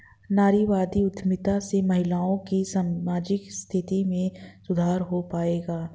नारीवादी उद्यमिता से महिलाओं की सामाजिक स्थिति में सुधार हो पाएगा?